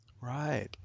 Right